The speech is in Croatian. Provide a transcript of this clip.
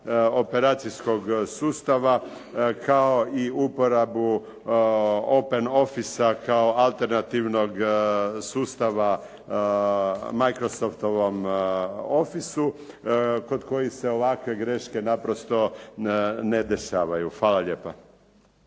operacijskog sustava kao i uporabu Open Officea kao alternativnog sustava Microsoftovom Officeu kod kojih se ovakve greške naprosto ne dešavaju. Hvala lijepa.